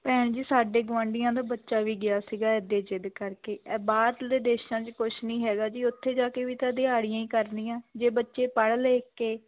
ਭੈਣ ਜੀ ਸਾਡੇ ਗੁਆਂਢੀਆਂ ਦਾ ਬੱਚਾ ਵੀ ਗਿਆ ਸੀਗਾ ਇੱਦਾਂ ਹੀ ਜਿੱਦ ਕਰਕੇ ਇ ਬਾਹਰਲੇ ਦੇਸ਼ਾਂ 'ਚ ਕੁਛ ਨਹੀਂ ਹੈਗਾ ਜੀ ਉੱਥੇ ਜਾਕੇ ਵੀ ਤਾਂ ਦਿਹਾੜੀਆਂ ਹੀ ਕਰਨੀਆਂ ਜੇ ਬੱਚੇ ਪੜ੍ਹ ਲਿਖ ਕੇ